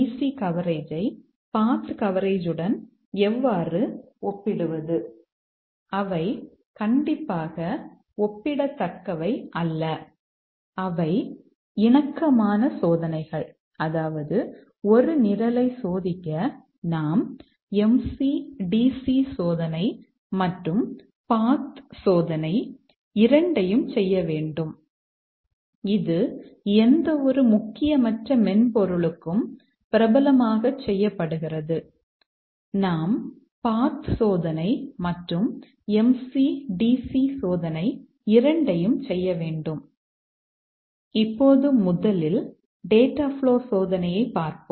C கவரேஜை path சோதனையைப் பார்ப்போம்